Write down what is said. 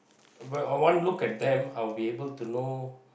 with one look at them I'll be able to know